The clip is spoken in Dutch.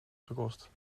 gekost